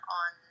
on